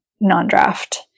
non-draft